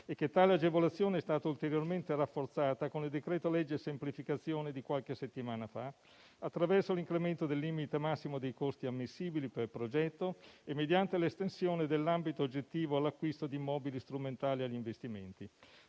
e che tale agevolazione è stata ulteriormente rafforzata con il decreto-legge semplificazioni di qualche settimana fa attraverso l'incremento del limite massimo dei costi ammissibili per progetto e mediante l'estensione dell'ambito oggettivo all'acquisto di immobili strumentali agli investimenti.